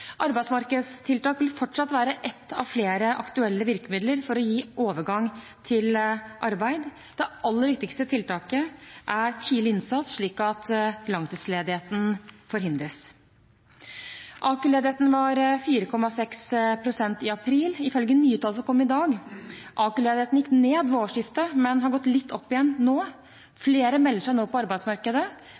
Arbeidsmarkedstiltak vil fortsatt være ett av flere aktuelle virkemidler for å gi overgang til arbeid. Det aller viktigste tiltaket er tidlig innsats, slik at langtidsledighet forhindres. AKU-ledigheten var 4,6 pst. i april, ifølge nye tall som kom i dag. AKU-ledigheten gikk ned ved årsskiftet, men har gått litt opp igjen nå. Flere melder seg nå på arbeidsmarkedet.